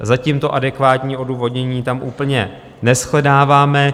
Zatím to adekvátní odůvodnění tam úplně neshledáváme.